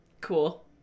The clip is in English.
Cool